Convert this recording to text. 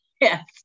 Yes